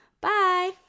Bye